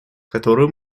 которую